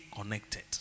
Connected